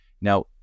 Now